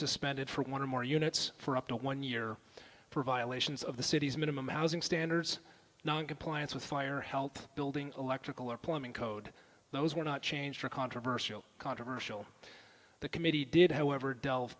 suspended for one or more units for up to one year for violations of the city's minimum housing standards noncompliance with fire health building electrical or plumbing code those were not changed or controversial controversial the committee did however delve